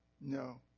No